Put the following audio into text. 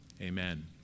Amen